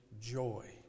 joy